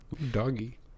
Doggy